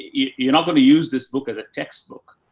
you're not going to use this book as a textbook,